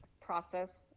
process